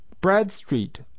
Bradstreet